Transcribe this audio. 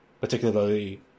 particularly